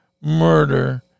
murder